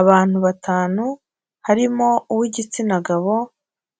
Abantu batanu harimo uw'igitsina gabo